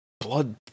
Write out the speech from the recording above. blood